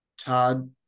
Todd